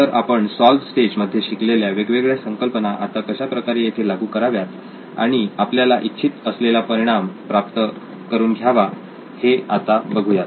तर आपण solve stage मध्ये शिकलेल्या वेगवेगळ्या संकल्पना आत्ता कशाप्रकारे येथे लागू कराव्यात आणि आपल्याला इच्छित असलेला परिणाम प्राप्त करून घ्यावा हे आता बघुयात